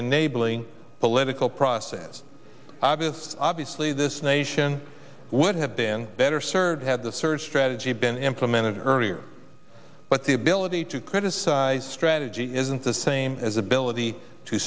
neighboring political processes obvious obviously this nation would have been better served had the surge strategy been implemented earlier but the ability to criticize strategy isn't the same as ability to